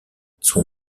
son